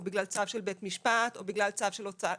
או בגלל צו של בית משפט או בגלל צו של הוצאה,